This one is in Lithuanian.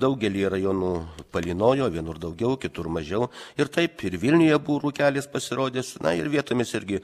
daugelyje rajonų palynojo vienur daugiau kitur mažiau ir taip ir vilniuje buvo rūkelis pasirodęs na ir vietomis irgi